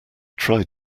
tried